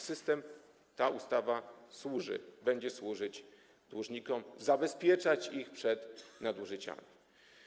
System, ta ustawa służy, będzie służyć dłużnikom, zabezpieczać ich przed nadużyciami.